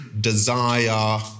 desire